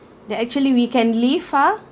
that actually we can live far